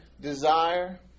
desire